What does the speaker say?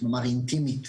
נאמר אינטימית.